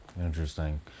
Interesting